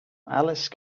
alice